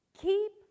Keep